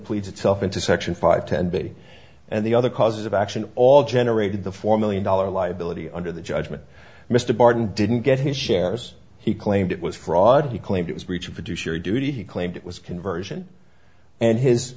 police itself into section five ten b and the other causes of action all generated the four million dollars liability under the judgment mr barton didn't get his shares he claimed it was fraud he claimed it was breach of producer duty he claimed it was conversion and his